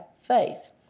faith